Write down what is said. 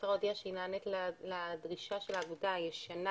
המשטרה הודיעה שהיא נענית לדרישה הישנה של האגודה